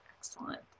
excellent